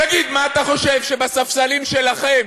תגיד, מה אתה חושב, שבספסלים שלכם